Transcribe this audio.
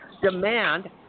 demand